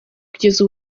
kugeza